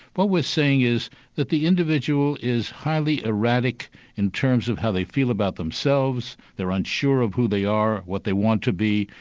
what we're saying is that the individual is highly erratic in terms of how they feel about themselves, they're unsure of who they are, what they want to be,